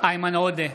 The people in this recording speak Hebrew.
איימן עודה,